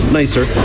nicer